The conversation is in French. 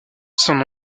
son